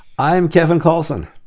i'm kevin kallsen.